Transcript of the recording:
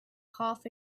half